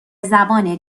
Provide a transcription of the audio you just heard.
زبان